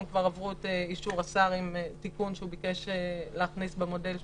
הן כבר עברו את אישור השר עם תיקון שהוא ביקש להכניס במודל שהצענו.